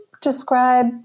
describe